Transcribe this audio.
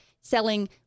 selling